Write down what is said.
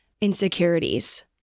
insecurities